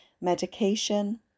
medication